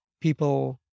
people